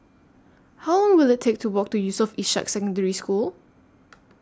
How Long Will IT Take to Walk to Yusof Ishak Secondary School